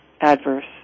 adverse